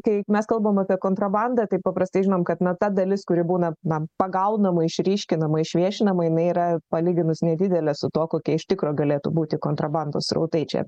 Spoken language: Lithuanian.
kai mes kalbam apie kontrabandą tai paprastai žinom kad na ta dalis kuri būna na pagaunama išryškinama išviešinama jinai yra palyginus nedidelė su tuo kokie iš tikro galėtų būti kontrabandos srautai čia